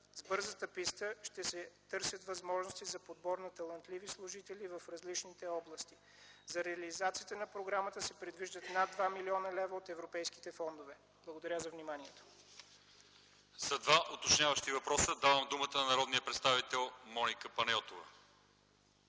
С „бързата писта” ще се търсят възможности за подбор на талантливи служители в различните области. За реализацията на програмата се предвиждат над 2 млн. лв. от европейските фондове. Благодаря за вниманието. ПРЕДСЕДАТЕЛ ЛЪЧЕЗАР ИВАНОВ: За два уточняващи въпроса давам думата на народния представител Моника Панайотова.